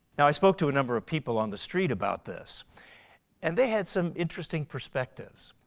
now i spoke to a number of people on the street about this and they had some interesting perspectives.